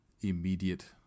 immediate